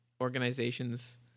organizations